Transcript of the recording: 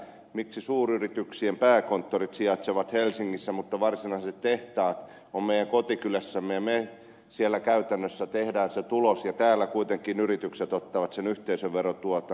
miksi suuryrityksien pääkonttorit sijaitsevat helsingissä mutta varsinaiset tehtaat ovat meidän kotikylässämme ja me siellä käytännössä teemme sen tuloksen ja täällä kuitenkin yritykset ottavat sen yhteisöverotuoton